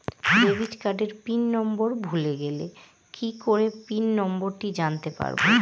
Debit কার্ডের pin number ভুলে গেলে কি করে পিন নম্বরটি জানতে পারবো?